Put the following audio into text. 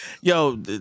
Yo